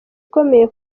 ukomeye